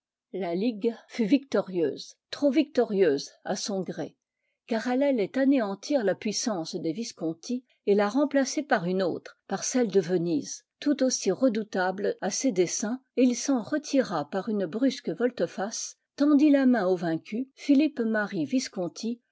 la ligue fut victorieuse trop victorieuse à son gré car elle allait anéantir la puissance des visconti et la remplacer par une autre par celle de venise toute aussi redoutable à ses desseins et il s'en retira par une brusque volte-face tendit la main au vaincu philippe marie visconti